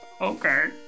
Okay